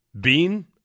Bean